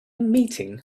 meeting